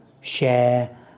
share